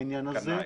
קנאי.